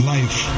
Life